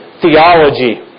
theology